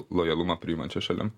lojalumą priimančia šalim